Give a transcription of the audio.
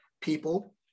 people